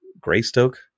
Greystoke